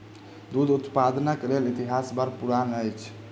दूध उत्पादनक इतिहास बड़ पुरान अछि